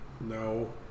No